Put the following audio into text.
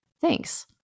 Thanks